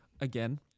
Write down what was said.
again